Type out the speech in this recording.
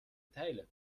teile